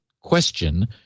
question